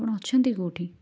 ଆପଣ ଅଛନ୍ତି କେଉଁଠି